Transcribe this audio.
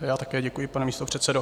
Já také děkuji, pane místopředsedo.